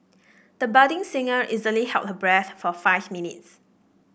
the budding singer easily held her breath for five minutes